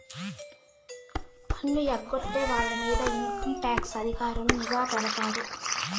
పన్ను ఎగ్గొట్టే వాళ్ళ మీద ఇన్కంటాక్స్ అధికారులు నిఘా పెడతారు